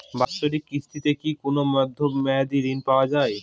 বাৎসরিক কিস্তিতে কি কোন মধ্যমেয়াদি ঋণ পাওয়া যায়?